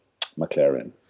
McLaren